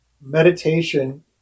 meditation